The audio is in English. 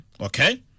Okay